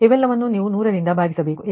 ಇವೆಲ್ಲವನ್ನು ನೀವು 100 ರಿಂದ ಭಾಗಿಸಬೇಕು